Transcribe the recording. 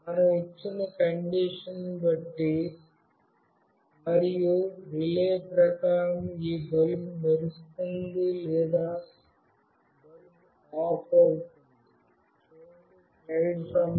మనం ఇచ్చిన కండిషన్ ని బట్టి మరియు రిలే ప్రకారం ఈ బల్బ్ మెరుస్తున్నది లేదా ఈ బల్బు ఆఫ్ అవుతుంది